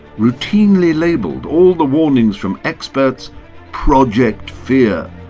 routinely labelled all the warnings from experts project fear.